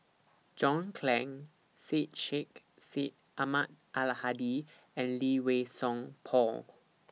John Clang Syed Sheikh Syed Ahmad Al Hadi and Lee Wei Song Paul